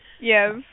Yes